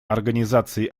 организации